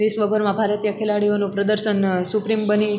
વિશ્વભરમાં ભારતીય ખેલાડીઓ પ્રદર્શન સુપ્રીમ બની